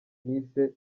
nise